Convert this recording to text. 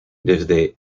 desde